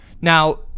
Now